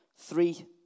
Three